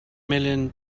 million